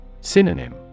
Synonym